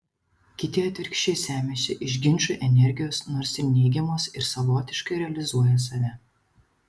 kiti atvirkščiai semiasi iš ginčų energijos nors ir neigiamos ir savotiškai realizuoja save